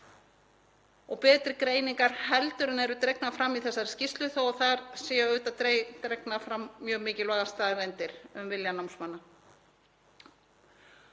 og betri greiningar en eru dregnar fram í þessari skýrslu þótt þar séu auðvitað dregnar fram mjög mikilvægar staðreyndir um vilja námsmanna.